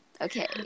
Okay